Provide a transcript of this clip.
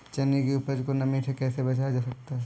चने की उपज को नमी से कैसे बचाया जा सकता है?